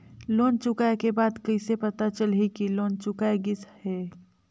Loan चुकाय के बाद कइसे पता चलही कि लोन चुकाय गिस है?